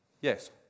yes